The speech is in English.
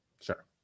Sure